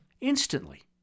instantly